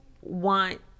want